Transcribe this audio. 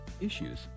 issues